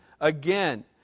again